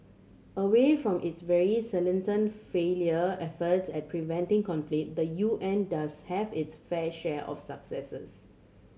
away from its very salient failure efforts at preventing conflict the U N does have its fair share of successes